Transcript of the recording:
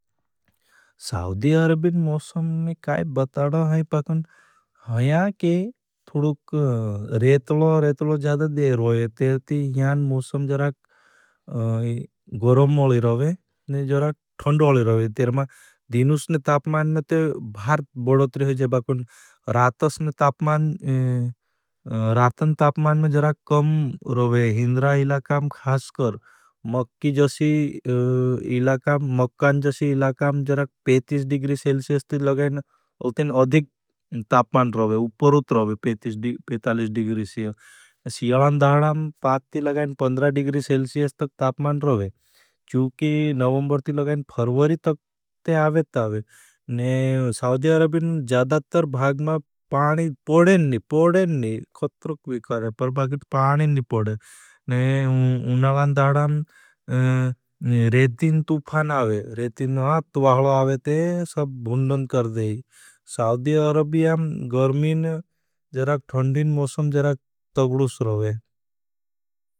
साउधी अरबीन मौसम में काई बताड़ा है पकुण। हया के थूड़ूक रेतलो रेतलो ज़्यादा देर होई। तेर ती ह्यान मौसम जराख गरम ओली रोवे ने जराख ठंड ओली रोवे। तेर मा दिनूसने तापमान में ते भार बड़ोतर है जबकुण। पड़ा दिग्री सेल्सियस तक तापमान रोवे। उपर उत रोवे पे तालिज दिग्री सियल। सियलां दारां पाद ती लगाएं पंद्रा दिग्री सेल्सियस तक तापमान रोवे। चुकी नवंबर ती लगाएं फरवरी तक ते आवेत आवे। पड़ा दिग्री सेल्सियस तक तापमान रोवे।